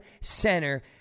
Center